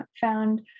found